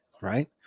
right